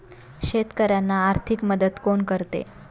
शेतकऱ्यांना आर्थिक मदत कोण करते?